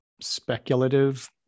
Speculative